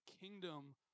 kingdom